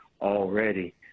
already